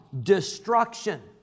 destruction